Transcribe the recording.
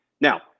Now